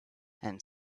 and